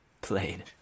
played